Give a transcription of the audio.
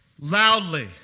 loudly